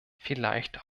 vielleicht